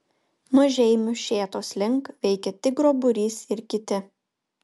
nuo žeimių šėtos link veikė tigro būrys ir kiti